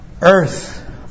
earth